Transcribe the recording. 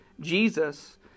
Jesus